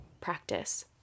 practice